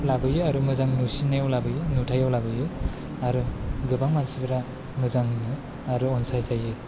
लाबोयो आरो मोजां नुसिन्नायाव लाबोयो नुथायाव लाबोयो आरो गोबां मानसिफोरा मोजां मोनो आरो अनसाय जायो